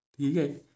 Okay